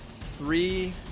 Three